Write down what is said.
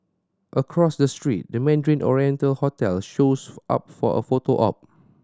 across the street the Mandarin Oriental hotel shows up for a photo op